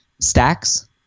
stacks